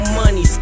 money